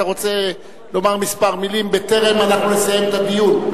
אתה רוצה לומר כמה מלים בטרם נסיים את הדיון?